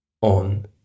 on